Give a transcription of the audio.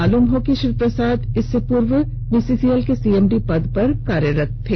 मालूम हो श्री प्रसाद इसके पूर्व बीसीसीएल के सीएमडी के पद पर कार्यरत थे